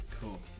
Cool